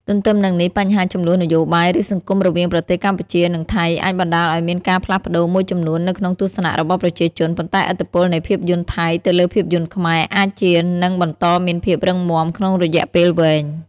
ទន្ទឹមនឹងនេះបញ្ហាជម្លោះនយោបាយ ឬសង្គមរវាងប្រទេសកម្ពុជា និងថៃអាចបណ្តាលឲ្យមានការផ្លាស់ប្តូរមួយចំនួននៅក្នុងទស្សនៈរបស់ប្រជាជន ប៉ុន្តែឥទ្ធិពលនៃភាពយន្តថៃទៅលើភាពយន្តខ្មែរអាចជានឹង បន្តមានភាពរឹងមាំ ក្នុងរយៈពេលវែង។